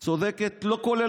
אתה טועה.